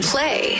Play